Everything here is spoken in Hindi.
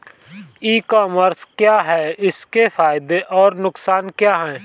ई कॉमर्स क्या है इसके फायदे और नुकसान क्या है?